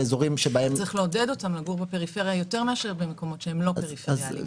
צריך לעודד אותם לגור בפריפריה יותר מאשר במקומות שהם לא פריפריאליים.